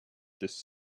this